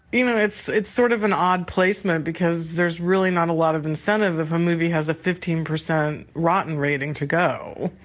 you know, it's it's sort of an odd placement, because there's really not a lot of incentive if a movie has a fifteen percent rotten rating to go.